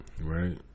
right